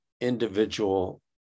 individual